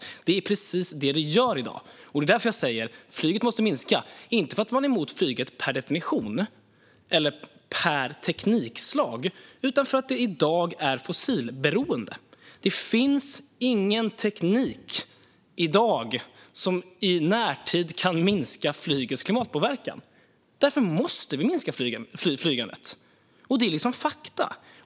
Men det är precis vad det gör i dag, och det är därför jag säger att flyget måste minska - inte för att man är emot flyget per definition eller som teknikslag utan för att det i dag är fossilberoende. Det finns ingen teknik i dag som i närtid kan minska flygets klimatpåverkan. Därför måste vi minska flygandet. Det är fakta.